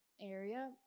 area